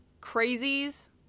crazies